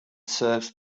serves